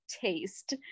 taste